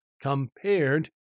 compared